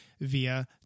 via